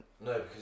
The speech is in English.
No